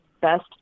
best